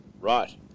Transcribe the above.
Right